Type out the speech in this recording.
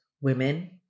women